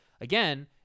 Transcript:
again